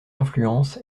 influence